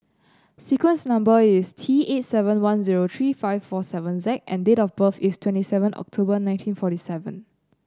sequence number is T eight seven one zero three four seven Z and date of birth is twenty seven October nineteen forty seven